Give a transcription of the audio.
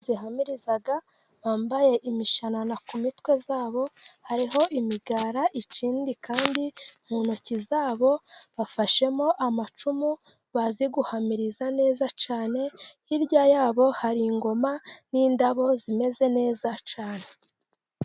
Zihamirizaga bambaye imishanana ku mitwe zabo, hariho imigara iki kandi mu ntoki zabo bafashemo amacumu, bazigu guhamiriza neza cyane, hirya yabo haringoma n'indabo zimeze neza cyane.